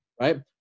right